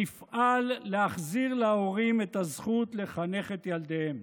נפעל להחזיר להורים את הזכות לחנך את ילדיהם.